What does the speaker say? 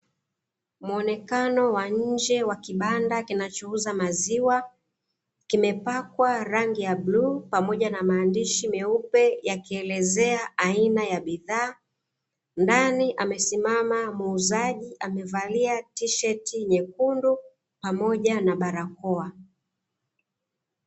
Muonekano wa nje wa kibanda kinachouza maziwa, kimepakwa rangi ya bluu pamoja na maandishi meupe yakielezea aina ya bidhaa, ndani amesimama muuzaji amevalia tisheti nyekundu pamoja na barakoa.